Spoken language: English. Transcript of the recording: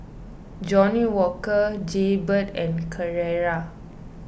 Johnnie Walker Jaybird and Carrera